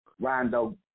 Rondo